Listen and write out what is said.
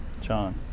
John